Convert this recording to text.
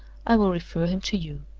i will refer him to you.